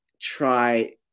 try